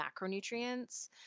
macronutrients